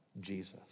Jesus